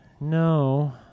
No